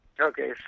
Okay